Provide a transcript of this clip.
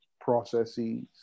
processes